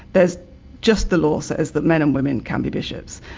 there's just the law says that men and women can be bishops.